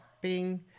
bing